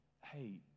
hey